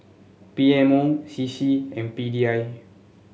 P M O C C and P D I